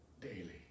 daily